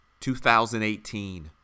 2018